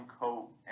coat